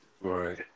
Right